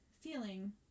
feeling